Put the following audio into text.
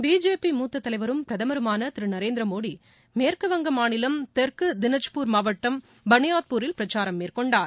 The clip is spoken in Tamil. பிஜேபி மூத்த தலைவரும் பிரதமருமான திரு நரேந்திர மோடி மேற்கு வங்க மாநிலம் தெற்கு தினஜ்பூர் மாவட்டம் பனியாத்பூரில் பிரச்சாரம் மேற்கொண்டார்